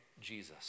Jesus